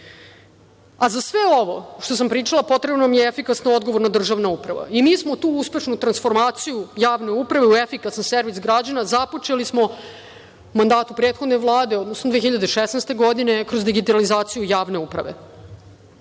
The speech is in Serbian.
sve ovo što sam pričala potrebno mi je efikasno odgovorna državna uprava i mi smo tu uspešnu transformaciju javne uprave u efikasan servis građana, započeli smo mandatom u prethodnoj Vladi, odnosno 2016. godine, kroz digitalizaciju javne uprave.